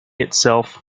itself